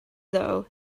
though